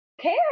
care